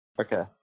Okay